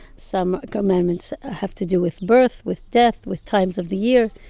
some commandments have to do with birth, with death, with times of the year.